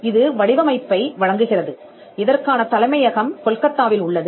இது வடிவமைப்பை வழங்குகிறது இதற்கான தலைமையகம் கொல்கத்தாவில் உள்ளது